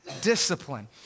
discipline